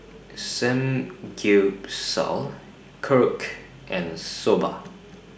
Samgyeopsal Korokke and Soba